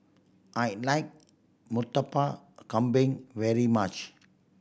I like Murtabak Kambing very much